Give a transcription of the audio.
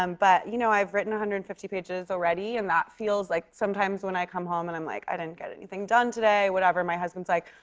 um but, you know, i've written one hundred and fifty pages already, and that feels like sometimes when i come home and i'm like, i didn't get anything done today, whatever, my husband's like,